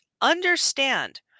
Understand